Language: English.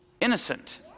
innocent